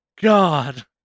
God